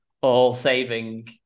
all-saving